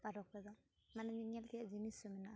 park ᱨᱮᱫᱚ ᱧᱮᱧᱮᱞ ᱛᱮᱭᱟᱜ ᱡᱤᱱᱤᱥ ᱦᱚᱸ ᱢᱮᱱᱟᱜᱼᱟ